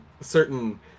certain